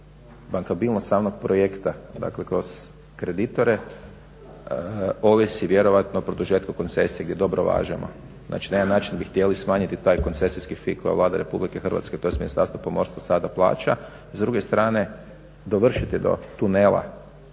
bankabilnost samog projekta kroz kreditore ovisi vjerojatno o produžetku koncesije gdje dobro važemo. Znači na jedan način bi htjeli smanjiti taj koncesijski feed koji Vlada RH tj. Ministarstvo pomorstva sada plaća. S druge strane dovršiti do tunela